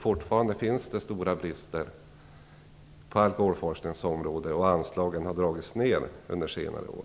Fortfarande finns det stora brister på alkoholforskningens område. Anslagen har dragits ned under senare år.